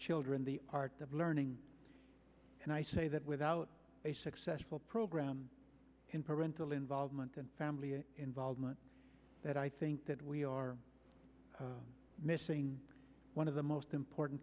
children the art of learning and i say that without a successful program in parental involvement and family involvement that i think that we are missing one of the most important